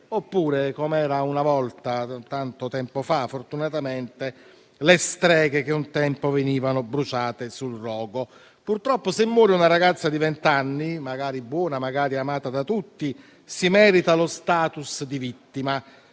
oppure, come era una volta, tanto tempo fa fortunatamente, le streghe che venivano bruciate sul rogo. Purtroppo, se muore una ragazza di vent'anni, buona ed amata da tutti, merita lo *status* di vittima.